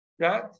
right